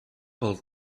pel